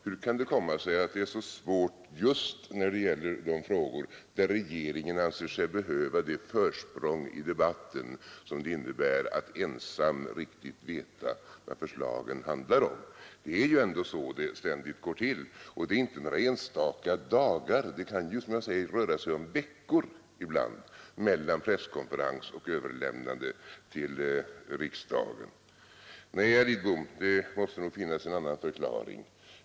Hur kan det komma sig att det är så svårt just när det gäller de frågor, i vilka regeringen anser sig behöva det försprång i debatten som det innebär att vara ensam om att riktigt veta vad förslagen handlar om? Det är ju ändå så det ständigt går till, och det gäller inte några enstaka dagar — som jag sade kan det ibland röra sig om veckor mellan presskonferens och överlämnande till riksdagen. Nej, herr Lidbom, det måste nog finnas en annan förklaring.